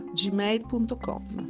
gmail.com